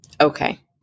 Okay